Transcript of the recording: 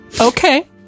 Okay